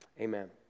Amen